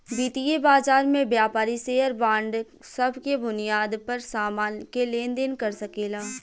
वितीय बाजार में व्यापारी शेयर बांड सब के बुनियाद पर सामान के लेन देन कर सकेला